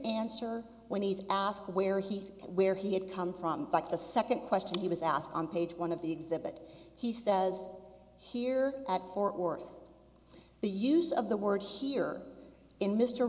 answer when he asks where he where he had come from like the second question he was asked on page one of the exhibit he says here at fort worth the use of the word here in mr